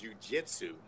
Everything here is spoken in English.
jujitsu